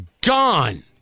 Gone